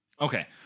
Okay